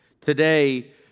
today